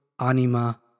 anima